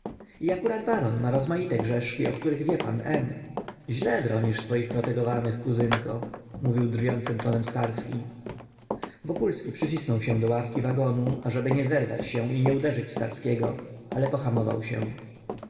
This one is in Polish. i akurat baron ma rozmaite grzeszki o których wie pan m źle bronisz swoich protegowanych kuzynko mówił drwiącym tonem starski wokulski przycisnął się do ławki wagonu ażeby nie zerwać się i nie uderzyć starskiego ale pohamował się